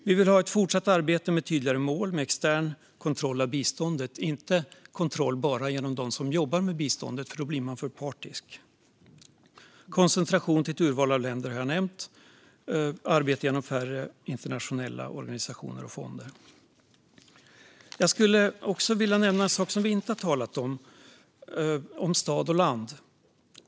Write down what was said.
Vi vill ha ett fortsatt arbete med tydligare mål med extern kontroll av biståndet och inte kontroll bara genom dem som jobbar med biståndet, för man blir för partisk. Koncentration till ett urval av länder har jag nämnt, liksom arbete genom färre internationella organisationer och fonder. Jag skulle också vilja nämna en sak som vi inte har talat om, och det handlar om stad och land.